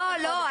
לא,